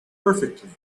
perfectly